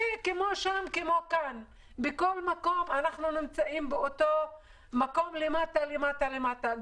ושם כמו כאן בכל מקום אנחנו נמצאים למטה למטה למטה.